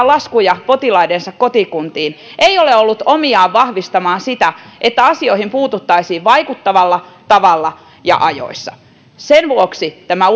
laskuja potilaidensa kotikuntiin ei ole ollut omiaan vahvistamaan sitä että asioihin puututtaisiin vaikuttavalla tavalla ja ajoissa sen vuoksi tämä